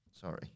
sorry